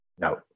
No